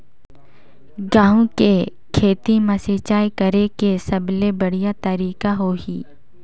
गंहू के खेती मां सिंचाई करेके सबले बढ़िया तरीका होही?